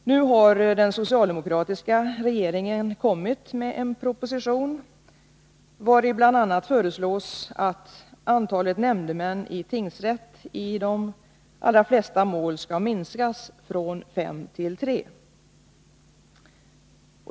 Nu har den socialdemokratiska regeringen kommit med en proposition, vari bl.a. föreslås att antalet nämndemän i tingsrätt i de allra flesta mål skall minskas från 5 till 3.